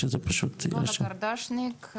אילונה גרדשניק,